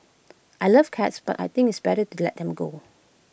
I love cats but I think it's better to let them go